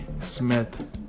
Smith